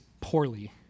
poorly